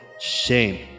shame